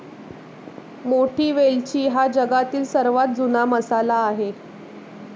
मोठी वेलची हा जगातील सर्वात जुना मसाला आहे